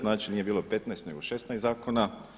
Znači nije bilo 15 nego 16 zakona.